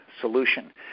solution